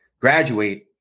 graduate